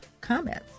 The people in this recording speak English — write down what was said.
comments